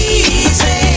easy